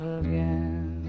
again